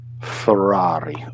Ferrari